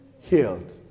healed